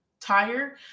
tire